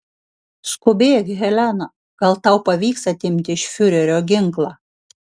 skubėk helena gal tau pavyks atimti iš fiurerio ginklą